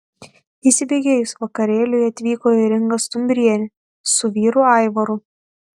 įsibėgėjus vakarėliui atvyko ir inga stumbrienė su vyru aivaru